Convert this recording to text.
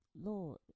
Lord